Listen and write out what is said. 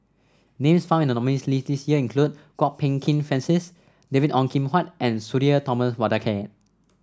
names found in the nominees' list this year include Kwok Peng Kin Francis David Ong Kim Huat and Sudhir Thomas Vadaketh